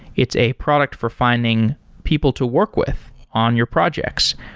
it's a product for finding people to work with on your projects.